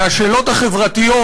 מהשאלות החברתיות,